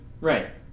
Right